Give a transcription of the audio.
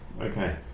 Okay